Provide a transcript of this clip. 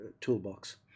toolbox